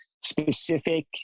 specific